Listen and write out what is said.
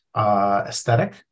aesthetic